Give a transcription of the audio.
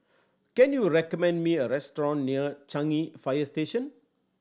can you recommend me a restaurant near Changi Fire Station